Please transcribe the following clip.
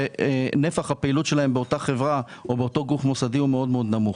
שנפח הפעילות שלהם באותה חברה או באותו גוף מוסדי הוא מאוד מאוד נמוך.